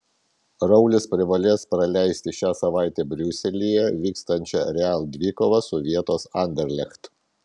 raulis privalės praleisti šią savaitę briuselyje vyksiančią real dvikovą su vietos anderlecht